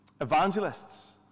evangelists